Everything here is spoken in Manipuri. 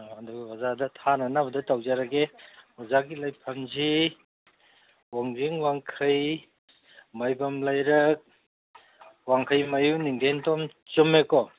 ꯑꯗꯨꯒ ꯑꯣꯖꯥꯗ ꯊꯥꯅꯅꯕꯗꯣ ꯇꯧꯖꯔꯒꯦ ꯑꯣꯖꯥꯒꯤ ꯂꯩꯐꯝꯁꯤ ꯋꯥꯡꯖꯤꯡ ꯋꯥꯡꯈꯩ ꯃꯥꯏꯕꯝ ꯂꯩꯔꯛ ꯋꯥꯡꯈꯩꯃꯌꯨꯝ ꯅꯤꯡꯊꯦꯝꯇꯣꯟ ꯆꯨꯝꯃꯦꯀꯣ